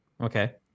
Okay